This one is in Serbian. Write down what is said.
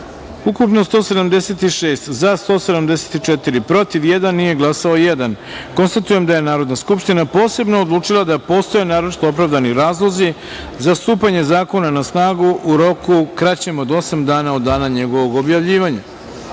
ukupno – 176, za - 174, protiv – jedan, nije glasao – jedan. Konstatujem da je Narodna skupština posebno odlučila da postoje naročito opravdani razlozi za stupanje zakona na snagu u roku kraćem od osam dana od dana njegovog objavljivanja. Stavljam